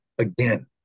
Again